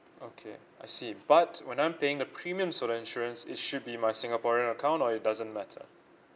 okay I see but when I'm paying the premium solo insurance it should be my singaporean account or it doesn't matter